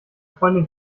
freundin